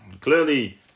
clearly